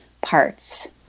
parts